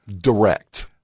direct